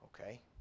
Okay